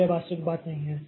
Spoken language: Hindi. तो यह वास्तविक बात नहीं है